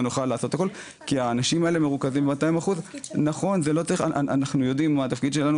כי האנשים האלה מרוכזים ב-200% --- זה התפקיד שלכם.